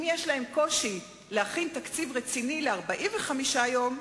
אם יש להם קושי להכין תקציב רציני ל-45 יום,